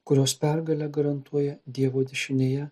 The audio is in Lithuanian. kurios pergalė garantuoja dievo dešinėje